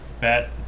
bet